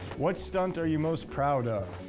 what stunt are you most proud of?